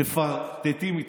מפלרטטים איתכם.